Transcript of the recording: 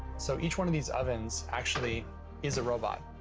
so each one of these ovens actually is a robot.